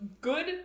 good